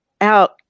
out